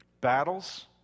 Battles